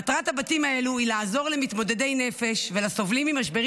מטרת הבתים האלה היא לעזור למתמודדי נפש ולסובלים ממשברים